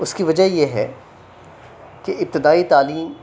اُس کی وجہ یہ ہے کہ ابتدائی تعلیم